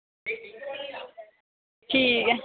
ठीक ऐ